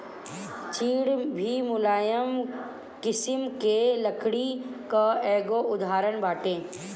चीड़ भी मुलायम किसिम के लकड़ी कअ एगो उदाहरण बाटे